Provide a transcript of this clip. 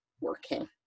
working